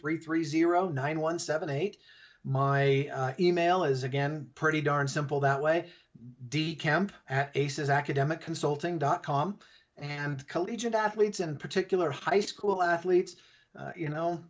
three three zero nine one seven eight my email is again pretty darn simple that way de camp ace's academic consulting dot com and collegiate athletes in particular high school athletes you know